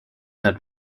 had